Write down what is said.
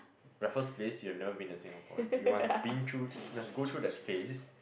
Raffles-Place you have never been a Singaporean you must been through must go through that phase